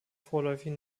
vorläufig